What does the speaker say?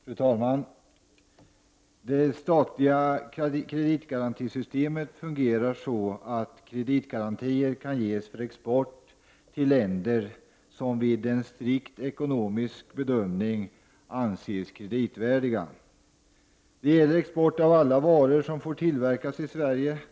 Fru talman! Det statliga kreditgarantisystemet fungerar på så sätt att kreditgarantier kan ges för export till länder som vid en strikt ekonomisk bedömning anses kreditvärdiga. Det gäller export av alla varor som får tillverkas i Sverige.